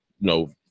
no